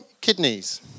Kidneys